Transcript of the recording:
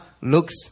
looks